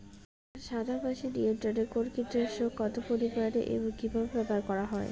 সাদামাছি নিয়ন্ত্রণে কোন কীটনাশক কত পরিমাণে এবং কীভাবে ব্যবহার করা হয়?